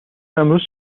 امروز